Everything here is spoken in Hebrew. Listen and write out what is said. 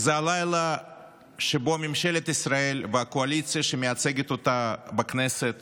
זה לילה שבו ממשלת ישראל והקואליציה שמייצגת אותה בכנסת